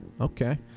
okay